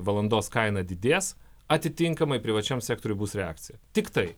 valandos kaina didės atitinkamai privačiam sektoriui bus reakcija tiktai